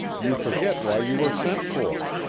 you forget why you were sent for.